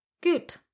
good